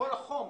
שאתם יודעים מי